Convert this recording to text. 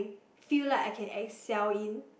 feel like I can Excel in